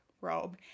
robe